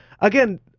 Again